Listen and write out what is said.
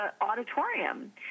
auditorium